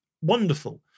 wonderful